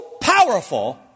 powerful